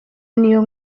niyo